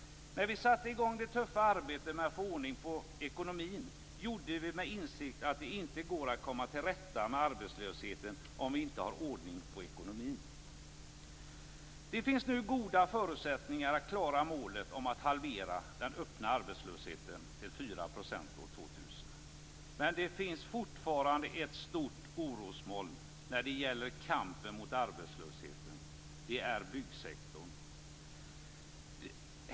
När vi satte igång med det tuffa arbetet att få ordning på ekonomin gjorde vi det med insikten att det inte går att komma till rätta med arbetslösheten om vi inte har ordning på ekonomin. Den finns nu goda förutsättningar att klara målet att halvera den öppna arbetslösheten till 4 % år 2000. Men det finns fortfarande ett stort orosmoln när det gäller kampen mot arbetslösheten. Det är byggsektorn.